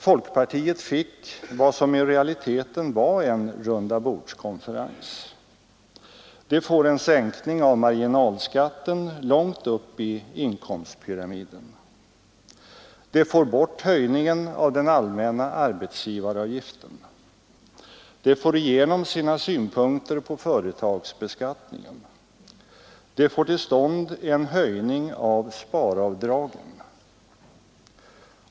Folkpartiet fick vad som i realiteten var en rundabordskonferens. Det får en sänkning av marginalskatten långt upp i inkomstpyramiden. Det får bort höjningen av den allmänna arbetsgivaravgiften. Det får igenom sina synpunkter på företagsbeskattningen. Det får till stånd en höjning av sparavdragen.